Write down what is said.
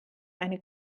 eine